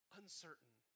uncertain